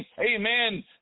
Amen